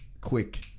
quick